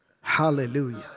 Hallelujah